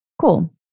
Cool